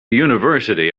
university